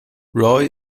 roy